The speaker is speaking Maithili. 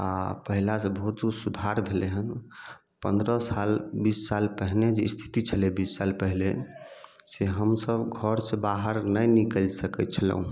आ पहिले से बहुत किछु सुधार भेलै हन पंद्रह साल बीस साल पहिने जे स्थिति छलै बीस साल पहिले से हमसब घर से बाहर नहि निकलि सकैत छलहुँ